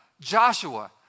Joshua